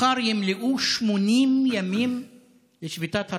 מחר ימלאו 80 ימים לשביתת הרעב.